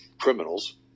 criminals